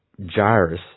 gyrus